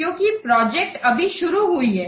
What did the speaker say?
क्योंकि प्रोजेक्ट अभी शुरू हुई है